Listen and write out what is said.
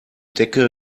decke